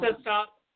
stop